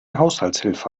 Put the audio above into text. haushaltshilfe